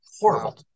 horrible